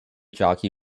jockey